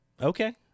Okay